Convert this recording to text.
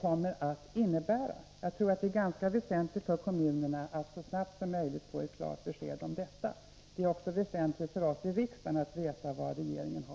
kommer att innebära. Jag tror att det är ganska väsentligt för kommunerna att så snart som möjligt få klart besked om detta. Det är också väsentligt för oss i riksdagen att få veta vilka planer regeringen har.